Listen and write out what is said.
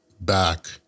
back